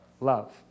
love